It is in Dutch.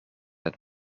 uit